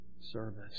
service